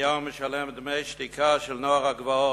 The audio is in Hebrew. נתניהו משלם דמי שתיקה לנוער הגבעות.